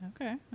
Okay